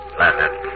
Planet